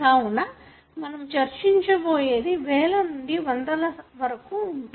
కావున మనం చర్చించబోయేది వేల నుండి వందల వరకు ఉంటాయి